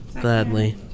Gladly